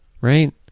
right